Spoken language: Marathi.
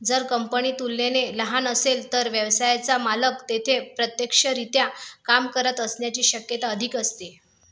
जर कंपनी तुलनेने लहान असेल तर व्यवसायाचा मालक तेथे प्रत्यक्षरीत्या काम करत असण्याची शक्यता अधिक असते